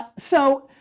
so.